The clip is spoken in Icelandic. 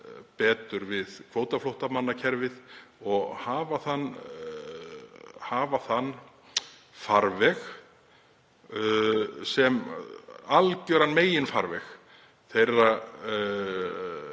betur við kvótaflóttamannakerfið og hafa þann farveg sem algjöran meginfarveg þeirra